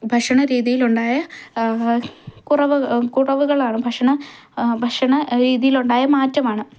ഭക്ഷണരീതിയിലുണ്ടായ കുറവ് കുറവുകളാണ് ഭക്ഷണ ഭക്ഷണരീതിയിലുണ്ടായ മാറ്റമാണ്